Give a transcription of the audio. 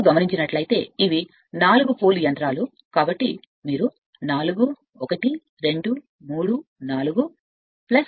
కాబట్టి మరియు అది 4 పోల్ యంత్రాలు అని మీరు చూస్తే కాబట్టి మీరు 4 1 2 3 4 బ్రష్లను చూస్తారు